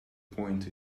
point